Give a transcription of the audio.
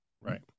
Right